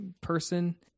person